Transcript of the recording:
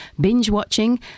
binge-watching